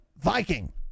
Viking